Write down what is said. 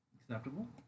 Acceptable